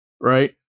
Right